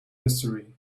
history